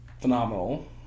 phenomenal